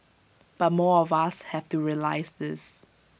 but more of us have to realise this